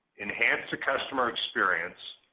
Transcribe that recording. enhance the customer experience,